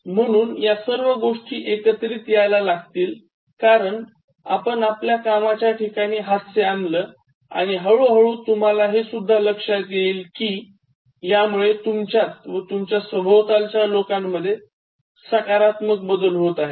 म्हणून या सर्व गोष्टी एकत्रित यायला लागतील कारण आपण आपल्या कामाच्या ठिकाणी हास्य आणलं आणि हळू हळू तुम्हाला हे सुद्धा लक्षात येईल कि यामुळे तुमच्यात व तुमच्या सोभवतालच्या लोकांमधेय सकारात्मक बदल होत आहेत